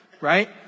right